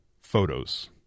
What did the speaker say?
photos